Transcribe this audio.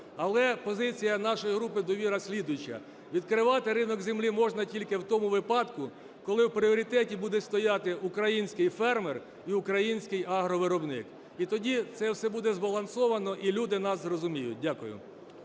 Але позиція нашої групи "Довіра" слідуюча. Відкривати ринок землі можна тільки в тому випадку, коли у пріоритеті буде стояти український фермер і український агровиробник, і тоді це все буде збалансовано і люди нас зрозуміють. Дякую.